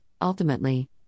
ultimately